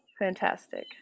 fantastic